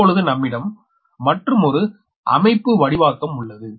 இப்பொழுது நம்மிடம் மற்றுமொரு அமைப்புவடிவாக்கம் உள்ளது